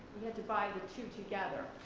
we had to buy the two together.